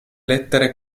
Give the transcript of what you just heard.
lettere